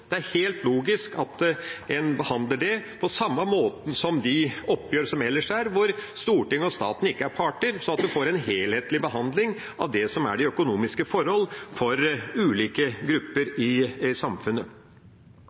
Det er helt logisk at en behandler det på samme måten som de oppgjør som ellers er, hvor Stortinget og staten ikke er parter, slik at vi får en helhetlig behandling av det som er de økonomiske forhold for ulike grupper i samfunnet.